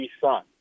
son